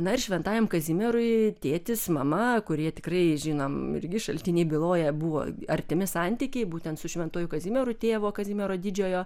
na ir šventajam kazimierui tėtis mama kurie tikrai žinom irgi šaltiniai byloja buvo artimi santykiai būtent su šventuoju kazimieru tėvo kazimiero didžiojo